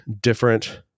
different